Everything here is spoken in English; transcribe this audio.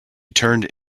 turned